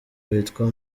witwa